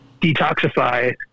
detoxify